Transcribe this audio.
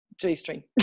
g-string